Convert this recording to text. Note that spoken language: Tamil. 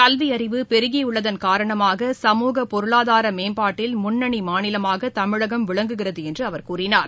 கல்வி அறிவு பெருகியுள்ளதன் காரணமாக சமூக பொருளாதார மேம்பாட்டில் முன்னணி மாநிலமாக தமிழகம் விளங்குகிறது என்று அவர் கூறினார்